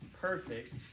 perfect